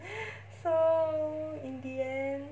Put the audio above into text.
so in the end